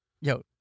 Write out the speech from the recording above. yo